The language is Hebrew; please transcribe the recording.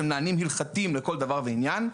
שהם נהלים הלכתיים לכל דבר ועניין,